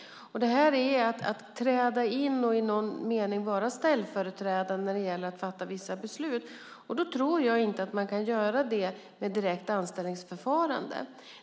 Det är ett sätt att träda in och i någon mening vara ställföreträdande när det gäller att fatta vissa beslut. Jag tror inte att man kan göra det genom ett direkt anställningsförfarande.